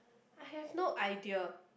I have no idea